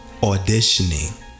auditioning